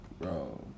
Bro